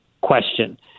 question